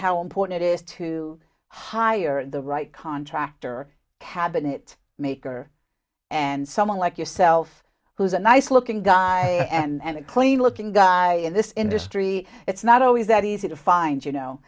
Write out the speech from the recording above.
how important it is to hire the right contractor cabinet maker and someone like yourself who's a nice looking guy and a clean looking guy in this industry it's not always that easy to find you know